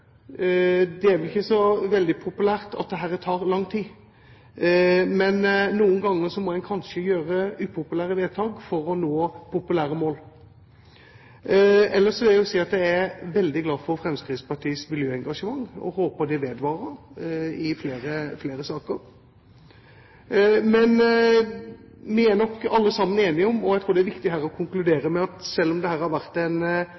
Det er vel ikke så veldig populært at dette tar lang tid, men noen ganger må en kanskje gjøre upopulære vedtak for å nå populære mål. Ellers vil jeg si at jeg er veldig glad for Fremskrittspartiets miljøengasjement og håper at det vedvarer i flere saker. Men vi er nok alle sammen enige om, og som jeg tror det er viktig å konkludere med, at selv om dette har vært en